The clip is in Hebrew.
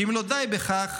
ואם לא די בכך,